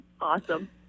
Awesome